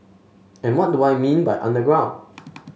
and what do I mean by underground